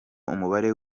umubare